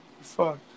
Fuck